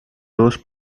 dos